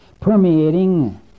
permeating